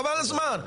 חבל על הזמן.